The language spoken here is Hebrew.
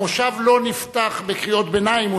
המושב לא נפתח בקריאות ביניים,